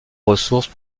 ressources